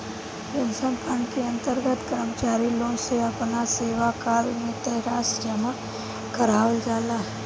pension fund के अंतर्गत कर्मचारी लोग से आपना सेवाकाल में तय राशि जामा करावल जाला